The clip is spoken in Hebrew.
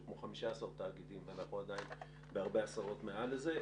כמו 15 תאגידים ואנחנו עדיין בהרבה עשרות מעל לזה.